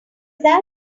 that